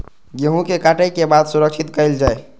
गेहूँ के काटे के बाद सुरक्षित कायल जाय?